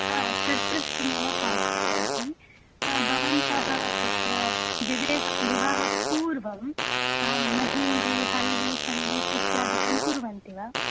हा तत्प्रष्टुमेव काल् कृतवती भवन्तः तत्र विवाह विवाहात्पूर्वं मेहन्दी हल्दी सङ्गीत् इत्यादिकं कुर्वन्ति वा